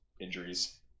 injuries